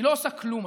היא לא עושה כלום.